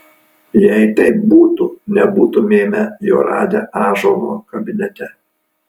jei taip būtų nebūtumėme jo radę ąžuolo kabinete